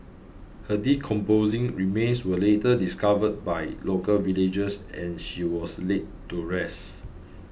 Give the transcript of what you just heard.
her decomposing remains were later discovered by local villagers and she was laid to rest